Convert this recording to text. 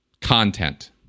content